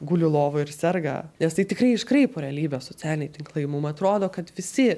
guli lovoj ir serga nes tai tikrai iškraipo realybę socialiniai tinklai mum atrodo kad visi